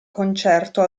concerto